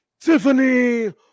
Tiffany